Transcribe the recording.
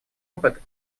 опыт